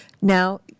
Now